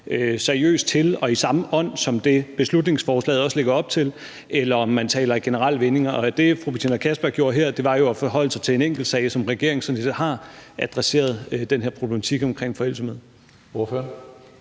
seriøst til og i samme ånd som det, beslutningsforslaget også lægger op til, eller om man taler i generelle vendinger. Og det, fru Betina Kastbjerg gjorde her, var jo at forholde sig til en enkeltsag, hvor regeringen sådan set har adresseret den her problematik omkring forældelse.